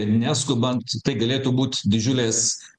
ir neskubant tai galėtų būt didžiulės